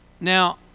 Now